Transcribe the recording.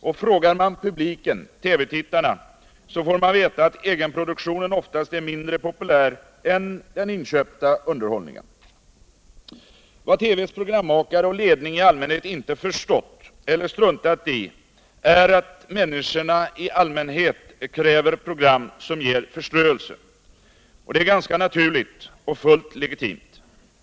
Och frågar man publiken, TV-tittarna, får man veta att egenproduktionen oftast är mindre populär än den inköpta underhållningen. Vad TV:s programmakare och ledning inte förstått — eller struntat i — är att människorna i allmänhet kräver program som ger förströelse. Det är ganska naturligt — och fullt legitimt.